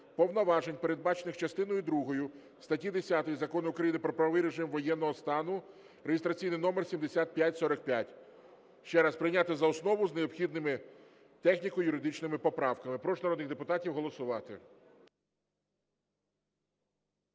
повноважень, передбачених частиною другою статті 10 Закону України "Про правовий режим воєнного стану" (реєстраційний номер 7545). Ще раз, прийняти за основу з необхідними техніко-юридичними поправками. Прошу народних депутатів голосувати.